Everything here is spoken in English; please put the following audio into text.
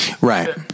Right